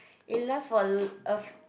it last for a long a f~